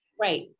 Right